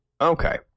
Okay